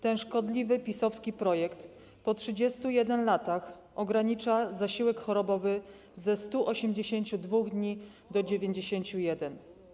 Ten szkodliwy PiS-owski projekt po 31 latach ogranicza zasiłek chorobowy ze 182 dni do 91.